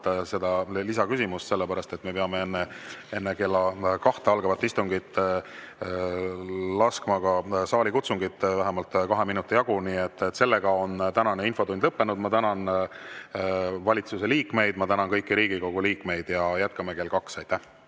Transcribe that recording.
teie lisaküsimust, sellepärast et me peame enne kella kahte algavat istungit laskma ka saalikutsungit vähemalt kahe minuti jagu. Seega on tänane infotund lõppenud. Ma tänan valitsuse liikmeid, ma tänan kõiki Riigikogu liikmeid ja jätkame kell kaks. Aitäh!